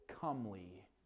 comely